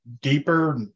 deeper